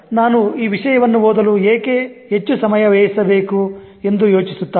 ನಾನು ಈ ವಿಷಯವನ್ನು ಓದಲು ಏಕೆ ಹೆಚ್ಚು ಸಮಯ ವ್ಯಯಿಸಬೇಕು ಎಂದು ಯೋಚಿಸುತ್ತಾರೆ